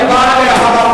מה תגיד עליה.